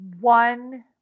One